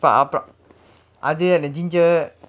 அப்புறம் அது அந்த:appuram athu antha ginger